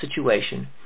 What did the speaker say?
situation